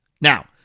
Now